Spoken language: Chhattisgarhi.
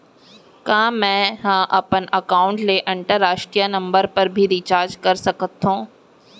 का मै ह अपन एकाउंट ले अंतरराष्ट्रीय नंबर पर भी रिचार्ज कर सकथो